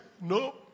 No